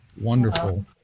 wonderful